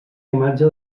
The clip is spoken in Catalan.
imatge